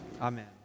Amen